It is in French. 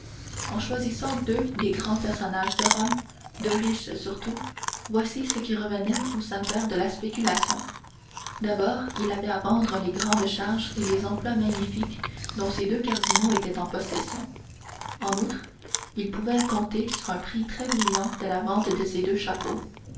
en choisissant deux des grands personnages de rome deux riches surtout voici ce qui revenait au saint-père de la spéculation d'abord il avait à vendre les grandes charges et les emplois magnifiques dont ces deux cardinaux étaient en possession en outre il pouvait compter sur un prix très brillant de la vente de ces deux chapeaux